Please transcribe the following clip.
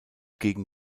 gegen